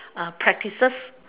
uh practices